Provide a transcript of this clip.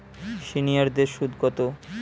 সিনিয়ারদের সুদ কত?